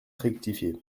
rectifié